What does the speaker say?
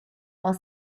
while